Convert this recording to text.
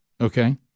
okay